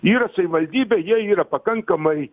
yra savivaldybė jie yra pakankamai